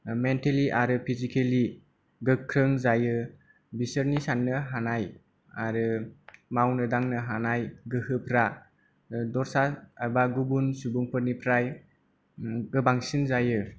mentally आरो पेजिकेलि गोख्रों जायो बिसोरनि साननो हानाय आरो मावनो दांनो हानाय गोहोफ्रा दस्रा एबा गुबुन सुबुंफोरनिफ्राय गोबांसिन जायो